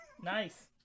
Nice